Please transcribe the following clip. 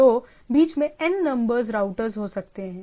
तो बीच में n नंबर्स राउटर्स हो सकते है